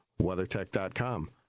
WeatherTech.com